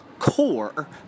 core